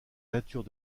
nature